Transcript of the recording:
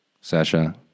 Sasha